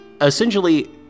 essentially